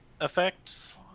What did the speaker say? effects